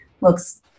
looks